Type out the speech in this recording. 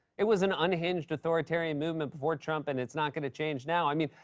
it was an unhinged authoritarian movement before trump, and it's not going to change now. i mean,